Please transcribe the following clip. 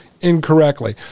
incorrectly